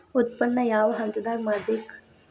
ಉತ್ಪನ್ನ ಯಾವ ಹಂತದಾಗ ಮಾಡ್ಬೇಕ್?